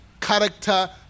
character